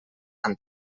amb